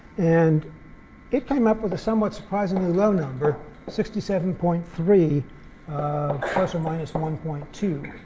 and it came up with a somewhat surprisingly low number sixty seven point three plus or minus one one point two.